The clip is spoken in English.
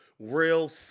real